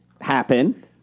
happen